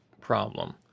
problem